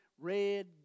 red